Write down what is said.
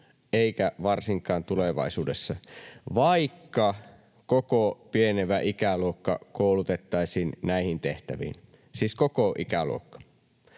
eikä varsinkaan tulevaisuudessa, vaikka koko pienenevä ikäluokka koulutettaisiin näihin tehtäviin — siis koko ikäluokka.